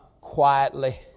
Quietly